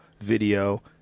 video